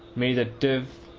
may the div